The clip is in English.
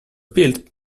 built